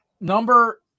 number